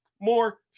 more